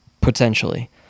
potentially